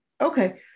okay